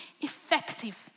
effective